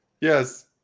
Yes